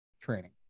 training